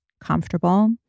comfortable